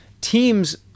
teams